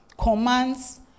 Commands